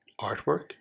artwork